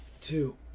two